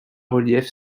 reliefs